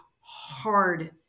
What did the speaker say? hard